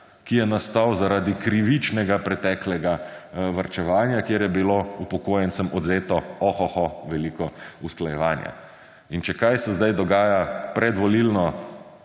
ki je nastal zaradi krivičnega preteklega varčevanja, kjer je bilo upokojencem odvzeto ohoho veliko usklajevanja. In če kaj, se zdaj dogaja predvolilno